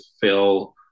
fill